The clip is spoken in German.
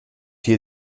hier